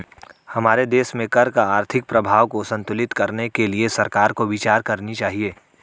हमारे देश में कर का आर्थिक प्रभाव को संतुलित करने के लिए सरकार को विचार करनी चाहिए